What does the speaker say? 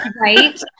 right